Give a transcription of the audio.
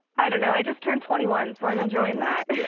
i don't know. i just turned twenty one, so i'm enjoying that yeah